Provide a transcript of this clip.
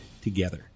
together